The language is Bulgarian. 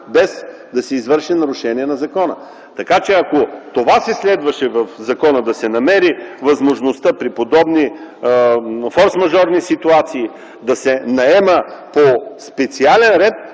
без да се извърши нарушение на закона. Ако това се следваше в закона – да се намери възможността при подобни форсмажорни ситуации да се наема по специален ред,